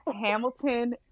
Hamilton